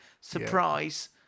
surprise